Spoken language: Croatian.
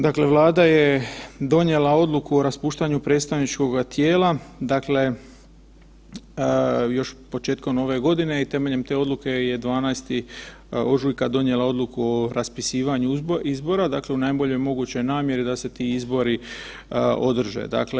Dakle, Vlada je donijela odluku o raspuštanju predstavničkoga tijela, dakle još početkom ove godine i temeljem te odluke je 12. ožujka donijela odluku o raspisivanju izbora u najboljoj mogućoj namjeri da se ti izbori održe.